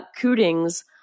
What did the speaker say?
Cootings